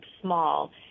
small